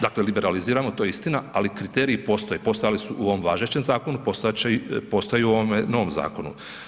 Dakle liberaliziramo to je istina, ali kriteriji postoje, postojali su u ovom važećem zakonu, postojat će, postoje i u ovome novom zakonu.